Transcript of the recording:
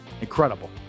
incredible